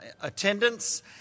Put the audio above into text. attendance